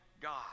God